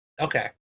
Okay